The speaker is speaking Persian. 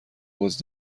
بازی